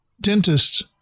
dentists